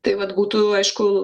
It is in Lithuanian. tai vat būtų aišku